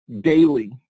daily